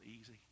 easy